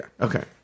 Okay